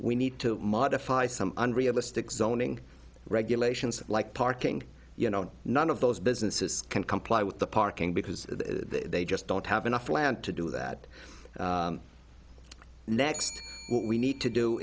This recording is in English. we need to modify some unrealistic zoning regulations like parking you know none of those businesses can comply with the parking because they just don't have enough land to do that next we need to do